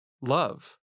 love